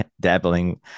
dabbling